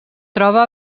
troba